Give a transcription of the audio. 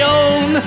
own